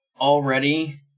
already